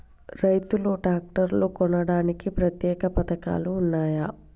రైతులు ట్రాక్టర్లు కొనడానికి ప్రత్యేక పథకాలు ఉన్నయా?